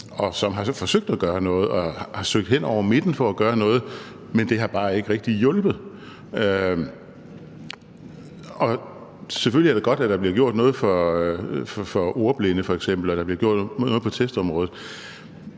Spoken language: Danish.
og som har forsøgt at gøre noget og har søgt hen over midten for at gøre noget. Men det har bare ikke rigtig hjulpet. Selvfølgelig er det godt, at der bliver gjort noget for f.eks. ordblinde, og at der bliver gjort noget på testområdet,